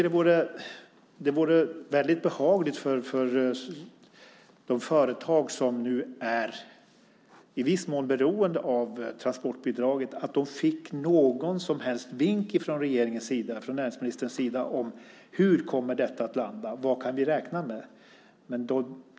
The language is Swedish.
Det vore väldigt behagligt för de företag som nu i viss mån är beroende av transportbidraget att få någon liten vink från näringsministerns sida: Hur kommer detta att landa? Vad kan vi räkna med?